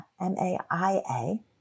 M-A-I-A